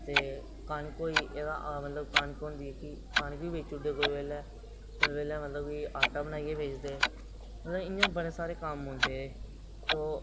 ते कनक होई गेई मतलब कनक होंदी जेहकी कनक बी बेची ओड़दे कुसै बेल्लै कुसै बेल्लै मतलब कि आटा बनाइयै बेचदे ते मतलब इ'यां बड़े सारे कम्म औंदे एह् तो